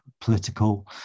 political